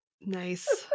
Nice